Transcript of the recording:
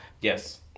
Yes